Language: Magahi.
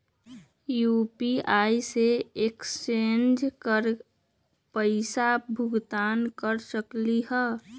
यू.पी.आई से स्केन कर पईसा भुगतान कर सकलीहल?